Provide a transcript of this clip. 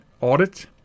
audit